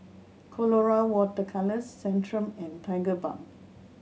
Colora Water Colours Centrum and Tigerbalm